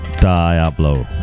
Diablo